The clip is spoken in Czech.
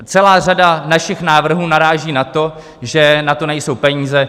Celá řada našich návrhů naráží na to, že na to nejsou peníze.